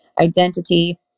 identity